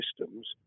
systems